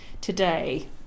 Today